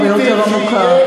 הרבה יותר עמוקה.